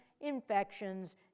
infections